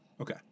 Okay